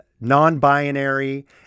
non-binary